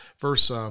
Verse